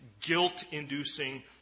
guilt-inducing